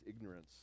ignorance